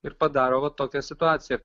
ir padaro va tokią situaciją